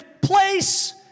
place